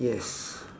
yes